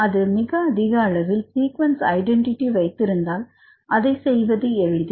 அது மிக அதிக அளவில் சீக்குவன்ஸ் ஐடென்டிட்டி வைத்திருந்தால் அதை செய்வது எளிது